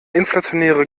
inflationäre